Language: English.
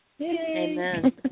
Amen